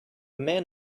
man